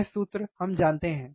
यह सूत्र हम जानते हैं